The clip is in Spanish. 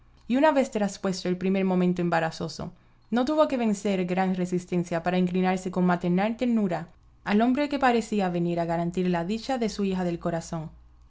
y una vez traspuesto el primer momento embarazoso no tuvo que vencer gran resistencia para inclinarse con maternal ternura al hombre que parecía venir a garantir la dicha de su hija del corazón